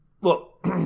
Look